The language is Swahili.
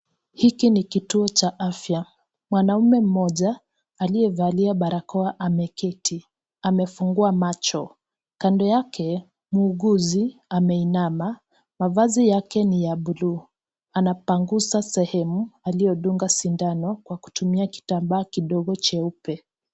Hiki ni kituo cha afya. Mwanaume mmoja aliyevalia barakoa ameketi amefungua macho. Kando yake muuguzi ameinama mavazi yake ni ya buluu anapanguza sehemu aliyodunga sindano kwa kutumia kitambaa kidogo cheupe.